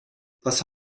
was